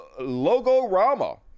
logorama